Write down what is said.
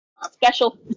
special